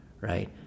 right